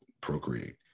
procreate